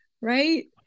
right